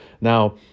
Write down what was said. Now